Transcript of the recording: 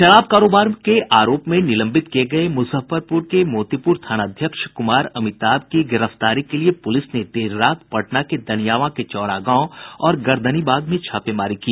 शराब कारोबार के आरोप में निलंबित किये गये मुजफ्फरपुर के मोतीपुर थानाध्यक्ष कुमार अमिताभ की गिरफ्तारी के लिए पुलिस ने देर रात पटना के दनियावां के चौरा गांव और गर्दनीबाग में छापेमारी की